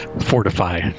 fortify